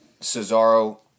Cesaro